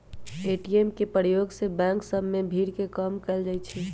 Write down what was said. ATM के प्रयोग से बैंक सभ में भीड़ के कम कएल जाइ छै